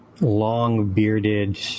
long-bearded